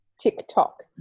TikTok